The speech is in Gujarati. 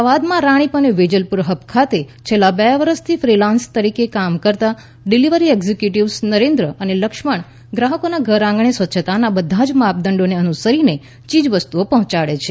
અમદાવાદમા રાણિપ અને વેજલપુર હબ ખાતે છેલ્લા બે વર્ષ થી ફ્રીલાન્સ તરીકે કામ કરતા ડિલીવરી એક્ઝીક્યુટીવ્સ નરેન્દ્ર અને લક્ષ્મણ ગ્રાહકોના ઘરઆંગણે સ્વચ્છતાના બધા જ માપદંડોને અનુસરીને ચીજ વસ્તુઓ પહોંચાડે છે